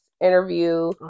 interview